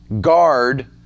Guard